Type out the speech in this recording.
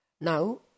Now